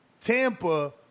Tampa